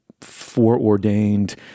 foreordained